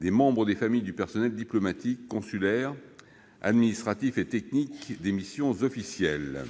des membres des familles du personnel diplomatique, consulaire, administratif et technique des missions officielles